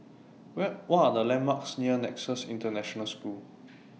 What Are The landmarks near Nexus International School